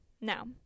Now